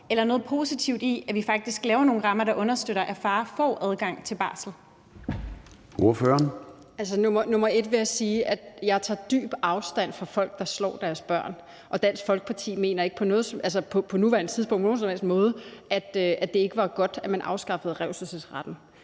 eller noget positivt i, at vi faktisk laver nogle rammer, der understøtter, at far får adgang til barsel? Kl. 16:39 Formanden (Søren Gade): Ordføreren. Kl. 16:39 Mette Thiesen (DF): Først vil jeg sige, at jeg tager dyb afstand fra folk, der slår deres børn, og Dansk Folkeparti mener ikke på nuværende tidspunkt på nogen som helst måde, at det ikke var godt, at man afskaffede revselsesretten.